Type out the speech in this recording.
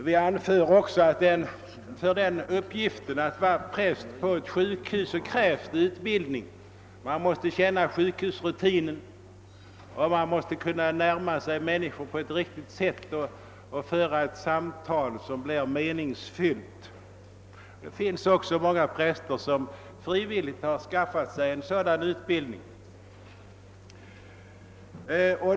Vi anför också att det krävs utbildning för uppgiften att vara präst på ett sjukhus — man måste känna sjukhusrutinen, och man måste kunna närma sig människor på ett riktigt sätt och föra ett samtal som blir meningsfyllt. Det finns många präster som frivilligt har skaffat sig sådan utbildning.